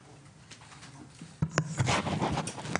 בבקשה.